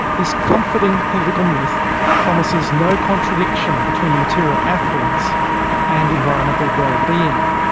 this comforting political myth promises no contradiction between material affluence and environmental well-being.